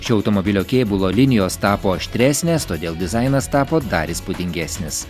šio automobilio kėbulo linijos tapo aštresnės todėl dizainas tapo dar įspūdingesnis